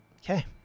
Okay